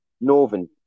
northern